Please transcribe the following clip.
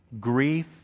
Grief